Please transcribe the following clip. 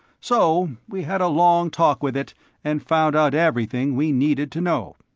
so we had a long talk with it and found out everything we needed to know.